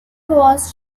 was